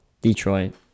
Detroit